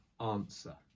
answer